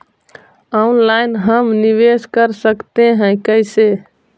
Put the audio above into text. Online हम निवेश कर सकते है, कैसे?